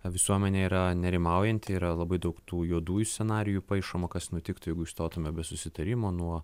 visuomenė yra nerimaujanti yra labai daug tų juodųjų scenarijų paišomų kas nutiktų jeigu išstotume be susitarimo nuo